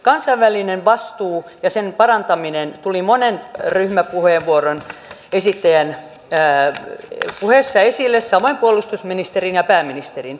kansainvälinen vastuu ja sen parantaminen tuli monen ryhmäpuheenvuoron esittäjän puheessa esille samoin puolustusministerin ja pääministerin